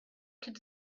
could